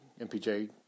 MPJ